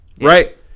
right